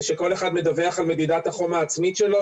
שכל אחד מדווח על מדידת החום העצמית שלו,